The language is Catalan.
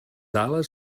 ales